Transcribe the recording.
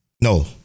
No